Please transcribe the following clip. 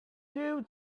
two